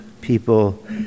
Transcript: people